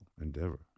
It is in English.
endeavor